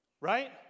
right